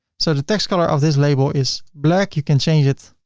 so the text color of this label is black, you can change it.